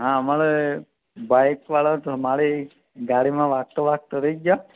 હા મારે બાઇકવાળા મારી ગાડીમાં વાગતા વાગતા રહી ગયા